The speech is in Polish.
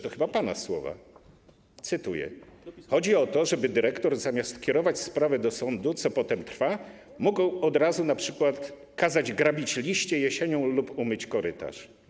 To chyba pana słowa, cytuję: Chodzi o to, żeby dyrektor, zamiast kierować sprawę do sądu, co potem trwa, mógł od razu np. kazać grabić liście jesienią lub umyć korytarz.